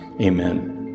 Amen